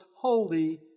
holy